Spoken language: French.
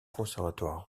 conservatoire